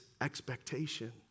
expectation